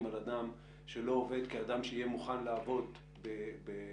על אדם שלא עובד כעל אדם שיהיה מוכן לעבוד בשכר